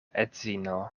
edzino